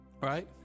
Right